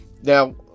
Now